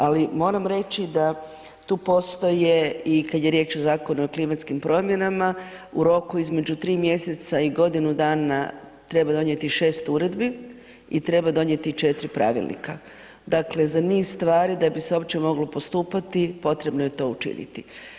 Ali moram reći da tu postoje i kada je riječ o Zakonu o klimatskim promjenama u roku između 3 mjeseca i godinu dana treba donijeti 6 uredbi i treba donijeti 4 pravilnika, dakle za niz stvari da bi se uopće moglo postupati potrebno je to učiniti.